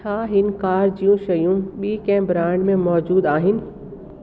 छा हिन कार जूं शयूं ॿी कंहिं ब्रांड में मौजूदु आहिनि